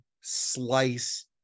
slice